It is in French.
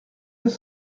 deux